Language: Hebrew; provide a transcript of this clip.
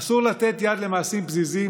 אסור לתת יד למעשים פזיזים,